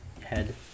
head